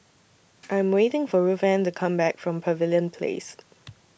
I Am waiting For Ruthanne to Come Back from Pavilion Place